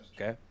okay